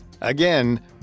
Again